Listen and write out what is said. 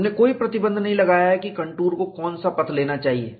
हमने कोई प्रतिबंध नहीं लगाया है कि कंटूर को कौनसा पथ लेना चाहिए